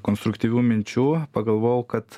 konstruktyvių minčių pagalvojau kad